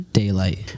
daylight